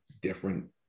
different